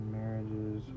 marriages